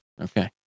Okay